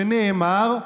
שנאמר,